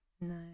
No